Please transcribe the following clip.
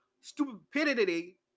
stupidity